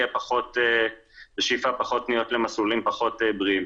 יהיה פחות שאיפה ופניות למסלולים פחות בריאים.